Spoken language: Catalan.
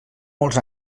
molts